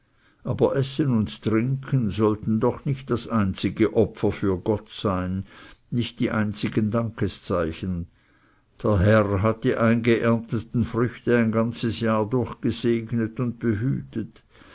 aber essen und trinken sollten doch nicht das einzige opfer für gott sein nicht die einzigen dankeszeichen der herr hat die eingeernteten früchte ein ganzes jahr durch gesegnet und behütet